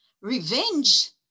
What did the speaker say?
revenge